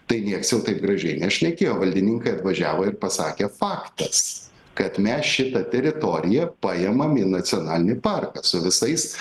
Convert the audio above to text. tai nieks jau taip gražiai nešnekėjo valdininkai atvažiavo ir pasakė faktas kad mes šitą teritoriją paimam į nacionalinį parką su visais